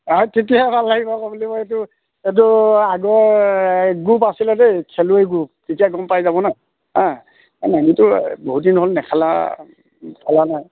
অ হেই তেতিয়াহে ভাল লাগিব আকৌ বুলিব এইটো এইটো আগৰ এই গ্ৰুপ আছিলে দেই খেলুৱৈ গ্ৰুপ তেতিয়া গম পাই যাব ন আমিতো বহুত দিন হ'ল নেখেলা খেলা নাই